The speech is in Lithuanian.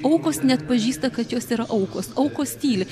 aukos neatpažįsta kad jos yra aukos aukos tyli